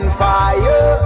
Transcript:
fire